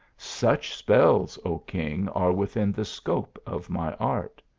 such spells, o king, are within the scope of my art.